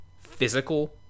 physical